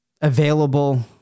available